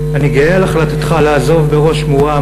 אני גאה על החלטתך לעזוב בראש מורם,